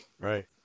Right